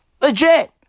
Legit